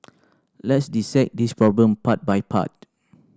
let's dissect this problem part by part